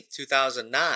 2009